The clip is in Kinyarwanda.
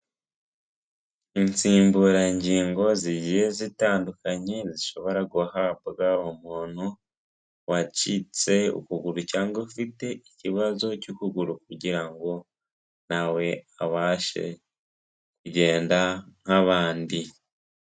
Insimburangingo zigiye zitandukanye, zishobora guhabwa umuntu wacitse ukuguru cyangwa ufite ikibazo cy'ukuguru, kugira ngo nawe abashe kugenda nk'abandi.